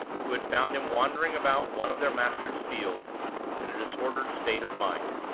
who had found him wandering about one of their master's fields in a disordered state of mind,